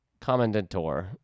Commandantor